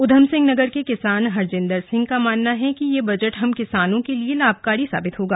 उधमसिंहनगर के किसान हरजिंदर सिंह का मानना है कि यह बजट हम किसानों के लिए लाभकारी साबित होगा